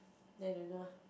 then you do lah